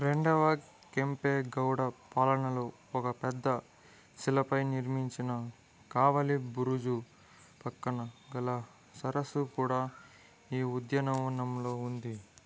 రెండవ కెంపెగౌడ పాలనలో ఒక పెద్ద శిలపై నిర్మించిన కావలిబురుజు పక్కన గల సరస్సు కూడా ఈ ఉద్యనవనంలో ఉంది